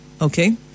okay